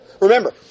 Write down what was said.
Remember